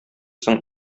соң